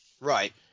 Right